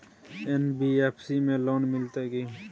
NBFC में loan मिलते की?